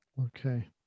Okay